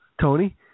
Tony